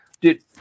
Dude